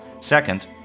Second